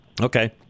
Okay